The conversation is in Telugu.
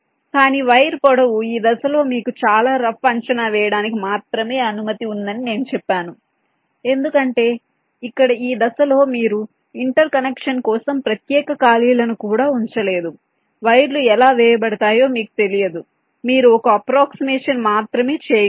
కానీ వైర్ పొడవు ఈ దశలో మీకు చాలా రఫ్ అంచనా వేయడానికి మాత్రమే అనుమతి ఉందని నేను చెప్పాను ఎందుకంటే ఇక్కడ ఈ దశలో మీరు ఇంటర్ కనెక్షన్ కోసం ప్రత్యేక ఖాళీలను కూడా ఉంచలేదు వైర్లు ఎలా వేయబడతాయో మీకు తెలియదు మీరు ఒక అప్ప్రోక్సీమేషన్ మాత్రమే చేయగలరు